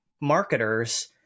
marketers